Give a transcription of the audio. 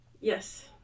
Yes